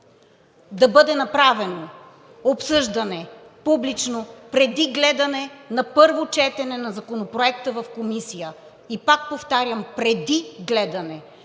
да бъде направено публично обсъждане преди гледане на първо четене на законопроекта в комисия. И пак повтарям, преди гледане